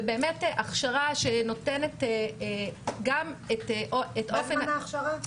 ובאמת הכשרה שנותנת גם את אופן --- מה זמן ההכשרה?